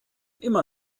immer